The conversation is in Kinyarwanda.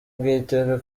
bw’iteka